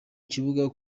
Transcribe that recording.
kibuga